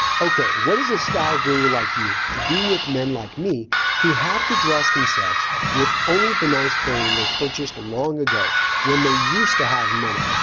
what does a style guru like you do with men like me who have to dress themselves with only the nice clothing they purchased long ago when they used to have money?